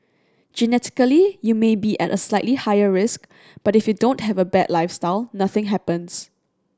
genetically you may be at a slightly higher risk but if you don't have a bad lifestyle nothing happens